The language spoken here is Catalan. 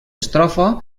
estrofa